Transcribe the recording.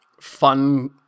fun